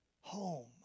Home